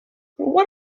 what